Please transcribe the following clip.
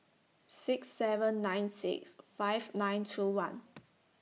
six seven nine six five nine two one